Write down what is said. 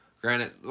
Granted